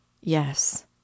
Yes